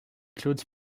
claude